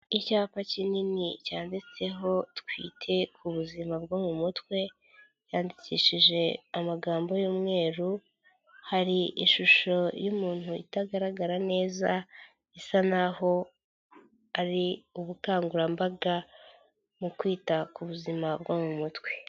Icyapa kinini cyanditseho twite ku buzima bwo mu mutwe, cyandikishije amagambo y'umweru, hari ishusho y'umuntu itagaragara neza, isa n'aho ari ubukangurambaga mu kwita ku buzima bwo mu mutwe.